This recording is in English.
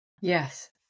Yes